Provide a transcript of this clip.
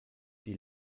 die